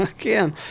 Again